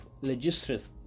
legislative